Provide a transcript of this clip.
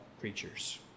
creatures